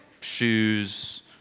shoes